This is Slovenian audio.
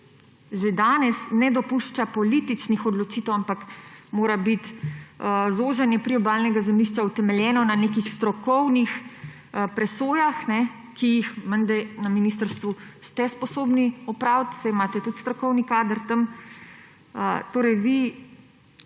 že danes ne dopušča političnih odločitev, ampak mora biti zožanje priobalnega zemljišča utemeljeno na nekih strokovnih presojah, ki jih menda na ministrstvu ste sposobni opraviti, saj imate tam tudi strokovni kader. Torej vi